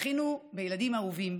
זכינו בילדים אהובים,